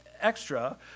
extra